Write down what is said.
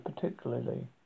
particularly